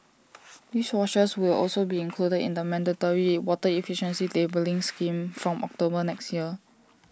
dishwashers will also be included in the mandatory water efficiency labelling scheme from October next year